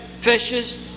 fishes